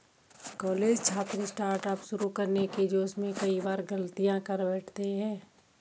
college छात्र startup शुरू करने के जोश में कई बार गलतियां कर बैठते हैं